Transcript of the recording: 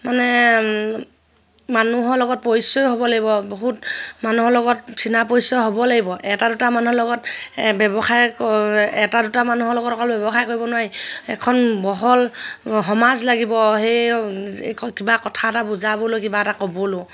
মানে মানুহৰ লগত পৰিচয় হ'ব লাগিব বহুত মানুহৰ লগত চিনা পৰিচয় হ'ব লাগিব এটা দুটা মানুহৰ লগত ব্যৱসায় এটা দুটা মানুহৰ লগত অকল ব্যৱসায় কৰিব নোৱাৰি এখন বহল সমাজ লাগিব সেই কিবা কথা এটা বুজাবলৈ কিবা এটা ক'বলও